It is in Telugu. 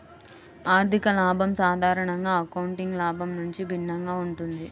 ఆర్థిక లాభం సాధారణంగా అకౌంటింగ్ లాభం నుండి భిన్నంగా ఉంటుంది